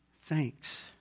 thanks